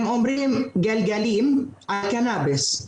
הם אומרים גלגלים על קנביס,